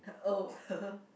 oh